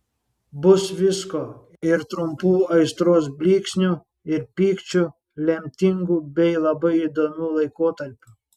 bus visko ir trumpų aistros blyksnių ir pykčių lemtingų bei labai įdomių laikotarpių